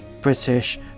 British